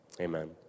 Amen